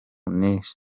nishe